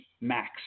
max